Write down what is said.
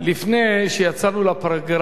לפני שיצאנו לפגרה,